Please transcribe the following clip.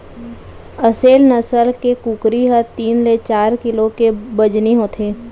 असेल नसल के कुकरी ह तीन ले चार किलो के बजनी होथे